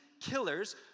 killers